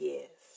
Yes